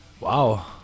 Wow